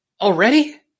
Already